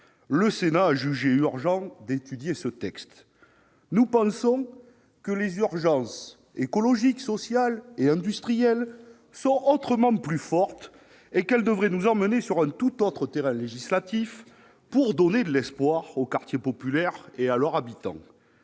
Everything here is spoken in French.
le Sénat a jugé urgent d'étudier ce texte. Nous pensons que les urgences écologiques, sociales et industrielles sont autrement plus fortes, et qu'elles devraient nous emmener sur un tout autre terrain législatif pour donner de l'espoir aux quartiers populaires et à leurs habitants.